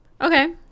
Okay